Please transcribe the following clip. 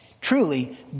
truly